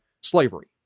Slavery